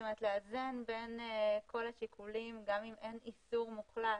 לאזן בין כל השיקולים, גם אם אין איסור מוחלט.